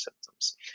symptoms